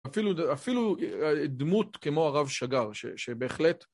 אפילו דמות כמו הרב שגר, שבהחלט...